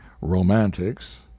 romantics